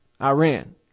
Iran